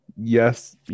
yes